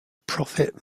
prophet